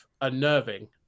unnerving